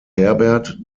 herbert